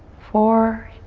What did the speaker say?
four,